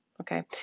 Okay